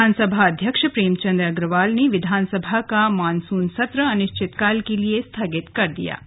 विधानसभा अध्यक्ष प्रेमचन्द अग्रवाल ने विधानसभा का मॉनसून सत्र अनिश्चितकाल के लिए स्थगित कर दिया है